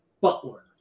Butler